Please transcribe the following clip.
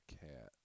cat